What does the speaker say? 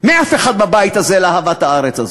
מאף אחד בבית הזה לאהבת הארץ הזאת.